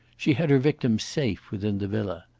she had her victims safe within the villa.